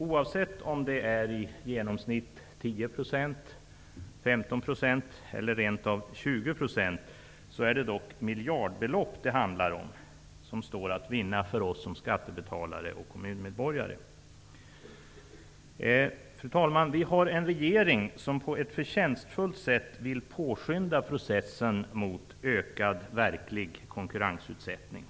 Oavsett om det i genomsnitt är 10 %, 15 % eller rent av 20 %, är det dock miljardbelopp som det handlar om, och som står att vinna för oss skattebetalare och kommunmedborgare. Fru talman! Vi har en regering som på ett förtjänstfullt sätt vill påskynda processen mot ökad verklig konkurrensutsättning.